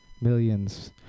millions